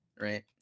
right